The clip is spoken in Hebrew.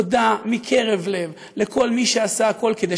תודה מקרב לב לכל מי שעשה הכול כדי